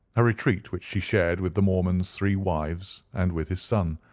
a retreat which she shared with the mormon's three wives and with his son,